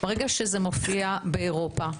ברגע שזה מופיע באירופה,